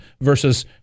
versus